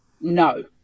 no